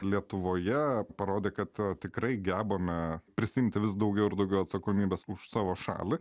lietuvoje parodė kad tikrai gebame prisiimti vis daugiau ir daugiau atsakomybės už savo šalį